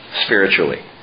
spiritually